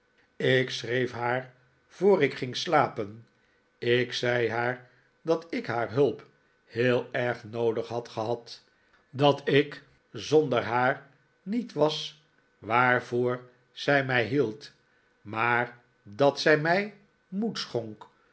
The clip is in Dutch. ik schreef haar voor ik ging slapen ik zei haar dat ik haar hulp heel erg noodig had gehad dat ik zonder haar niet was waarvoor zij mij hield maar dat zij mij moed schonk